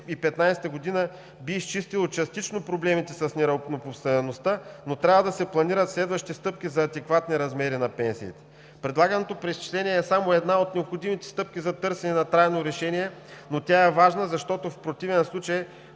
за 2015 г. би изчистило частично проблемите с неравнопоставеността, но трябва да се планират следващи стъпки за адекватни размери на пенсиите. Предлаганото преизчисление е само една от необходимите стъпки за търсене на трайно решение, но тя е важна, защото в противен случай